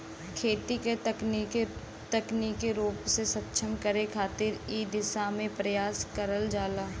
खेती क तकनीकी रूप से सक्षम करे खातिर इ दिशा में प्रयास करल जाला